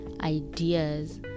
ideas